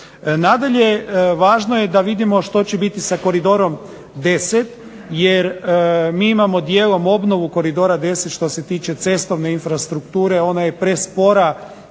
Nadalje, važno je da vidimo što će biti sa Koridorom X jer mi imamo dijelom obnovu Koridora X. Što se tiče cestovne infrastrukture ona je prespora